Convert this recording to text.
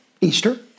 Easter